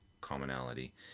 commonality